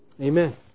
Amen